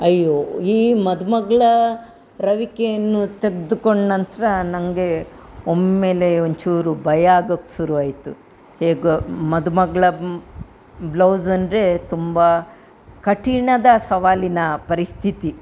ಅಯ್ಯೋ ಈ ಮದುಮಗ್ಳ ರವಿಕೆಯನ್ನು ತೆಗ್ದುಕೊಂಡ ನಂತರ ನನಗೆ ಒಮ್ಮೆಲೆ ಒಂಚೂರು ಭಯ ಆಗೋಕ್ಕೆ ಶುರುವಾಯ್ತು ಹೇಗೋ ಮದುಮಗ್ಳ ಬ್ಲೌಸ್ ಅಂದರೆ ತುಂಬ ಕಠಿಣದ ಸವಾಲಿನ ಪರಿಸ್ಥಿತಿ